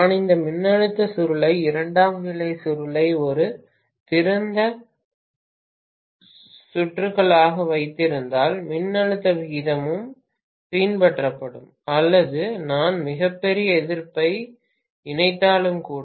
நான் இந்த மின்னழுத்த சுருளை இரண்டாம் நிலை சுருளை ஒரு திறந்த சுற்றுகளாக வைத்திருந்தால் மின்னழுத்த விகிதமும் பின்பற்றப்படும் அல்லது நான் மிகப் பெரிய எதிர்ப்பை இணைத்தாலும் கூட